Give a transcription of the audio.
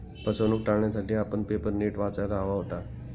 फसवणूक टाळण्यासाठी आपण पेपर नीट वाचायला हवा होता